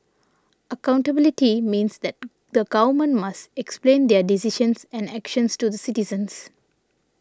accountability means that the Government must explain their decisions and actions to the citizens